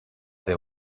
they